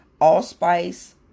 allspice